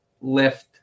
lift